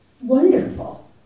wonderful